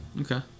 Okay